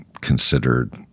considered